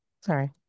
sorry